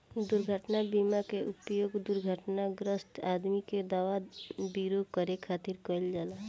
दुर्घटना बीमा के उपयोग दुर्घटनाग्रस्त आदमी के दवा विरो करे खातिर कईल जाला